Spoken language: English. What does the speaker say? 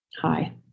Hi